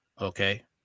okay